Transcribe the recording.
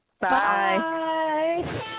Bye